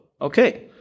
okay